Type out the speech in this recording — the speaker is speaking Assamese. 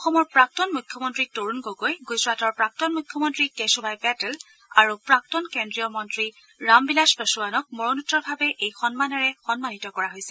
অসমৰ প্ৰাক্তন মুখ্যমন্ত্ৰী তৰুণ গগৈ গুজৰাটৰ প্ৰাক্তন মুখ্যমন্ত্ৰী কেচুভাই পেটেল আৰু প্ৰাক্তন কেন্দ্ৰীয় মন্ত্ৰী ৰামবিলাষ পাছোৱানক মৰণোত্তৰভাৱে এই সন্মানেৰে সন্মানিত কৰা হৈছে